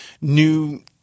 new